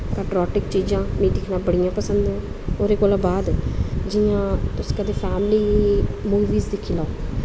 प्रियाटिक चीजां दिक्खना मीं बड़ियां जादा पसंद न ओह्दे कोला बाद जि'यां तुस कदैं फैमली मूवीस दिक्खी लैओ